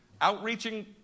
outreaching